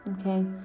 okay